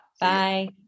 Bye